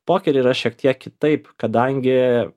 pokery yra šiek tiek kitaip kadangi